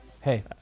hey